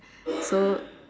so